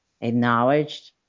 acknowledged